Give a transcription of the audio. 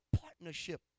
partnership